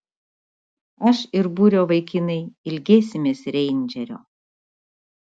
aš ir būrio vaikinai ilgėsimės reindžerio